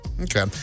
Okay